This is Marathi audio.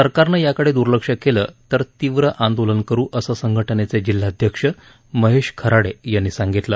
सरकारनं याकडे दुर्लक्ष केलं तर तीव्र आंदोलन करु असं संघटनेचे जिल्हाध्यक्ष महेश खराडे यांनी सांगितलं